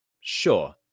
Sure